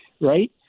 right